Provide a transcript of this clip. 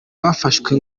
bafashwe